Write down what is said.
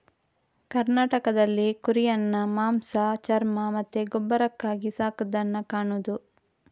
ಕರ್ನಾಟಕದಲ್ಲಿ ಕುರಿಯನ್ನ ಮಾಂಸ, ಚರ್ಮ ಮತ್ತೆ ಗೊಬ್ಬರಕ್ಕಾಗಿ ಸಾಕುದನ್ನ ಕಾಣುದು